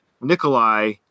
Nikolai